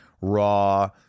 Raw